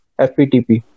FPTP